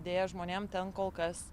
deja žmonėm ten kol kas